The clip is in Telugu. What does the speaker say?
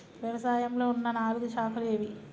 వ్యవసాయంలో ఉన్న నాలుగు శాఖలు ఏవి?